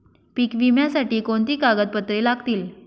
पीक विम्यासाठी कोणती कागदपत्रे लागतील?